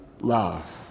love